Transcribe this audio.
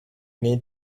need